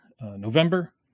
November